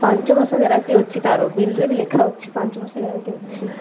ପାଞ୍ଚ ମାସ ଗ୍ୟାରେଣ୍ଟି ଅଛି ତା'ର ବିଲ୍ରେ ବି ଲେଖା ଅଛି ପାଞ୍ଚ ମାସ ଗ୍ୟାରେଣ୍ଟି ଅଛି